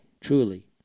truly